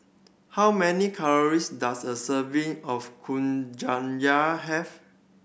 how many calories does a serving of Kuih Syara have